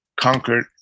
conquered